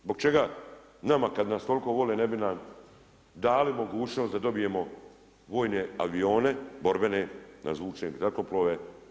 Zbog čega nama kad nas toliko vole ne bi nam dali mogućnost da dobijemo vojne avione borbene, nadzvučne zrakoplove.